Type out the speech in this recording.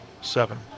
Seven